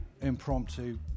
impromptu